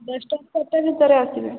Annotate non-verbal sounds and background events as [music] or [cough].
ଦଶଟା [unintelligible] ଭିତରେ ଆସିବେ